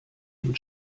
den